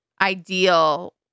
ideal